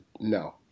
No